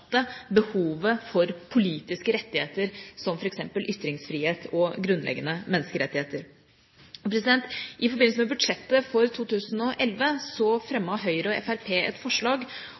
behovet for politiske rettigheter, som f.eks. ytringsfrihet og grunnleggende menneskerettigheter. I forbindelse med budsjettet for 2011 fremmet Høyre og Fremskrittspartiet et forslag